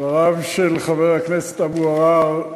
דבריו של חבר הכנסת אבו עראר,